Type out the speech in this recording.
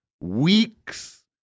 Weeks